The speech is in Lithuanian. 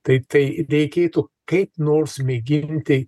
taip tai reikėtų kaip nors mėginti